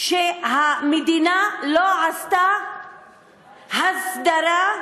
שהמדינה לא עשתה הסדרה,